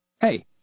Hey